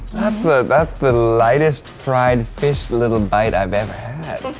that's the that's the lightest fried fish little bite i've ever had.